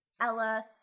ella